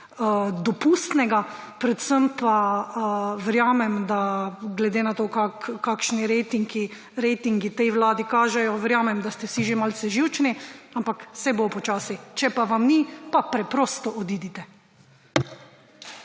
dopustnega, predvsem pa glede na to, kakšni ratingi tej vladi kažejo, verjamem, da ste vsi že malce živčni, ampak saj bo počasi. Če pa vam ni, pa preprosto odidite.